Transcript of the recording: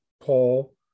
Paul